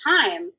time